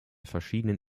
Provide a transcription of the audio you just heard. verschiedenen